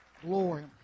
Glory